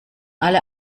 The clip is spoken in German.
alle